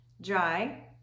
dry